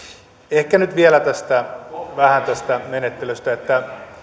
ehkä nyt vielä vähän tästä menettelystä